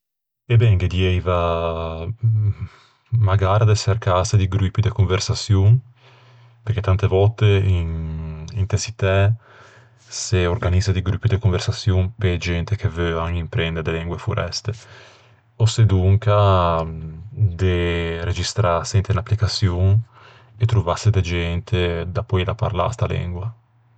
E ben, ghe dieiva magara de çercâse di gruppi de conversaçion. Perché tante vòtte inte çittæ s'organizza di gruppi de conversaçion pe-e gente che veuan imprende de lengue foreste. Ò sedonca de registrâse inte unn'applicaçion e trovâse de gente da poeila parlâ, sta lengua.